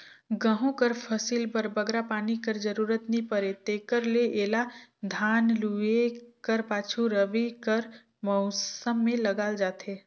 गहूँ कर फसिल बर बगरा पानी कर जरूरत नी परे तेकर ले एला धान लूए कर पाछू रबी कर मउसम में उगाल जाथे